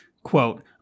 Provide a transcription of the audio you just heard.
quote